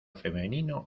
femenino